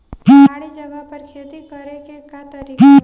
पहाड़ी जगह पर खेती करे के का तरीका बा?